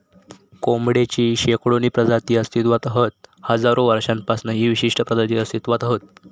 कोंबडेची शेकडोनी प्रजाती अस्तित्त्वात हत हजारो वर्षांपासना ही विशिष्ट प्रजाती अस्तित्त्वात हत